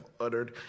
uttered